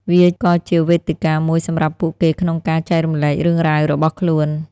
វាក៏ជាវេទិកាមួយសម្រាប់ពួកគេក្នុងការចែករំលែករឿងរ៉ាវរបស់ខ្លួន។